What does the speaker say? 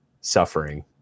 suffering